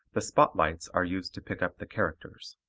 the spot-lights are used to pick up the characters